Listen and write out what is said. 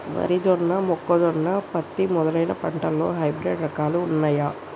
వరి జొన్న మొక్కజొన్న పత్తి మొదలైన పంటలలో హైబ్రిడ్ రకాలు ఉన్నయా?